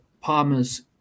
Palmer's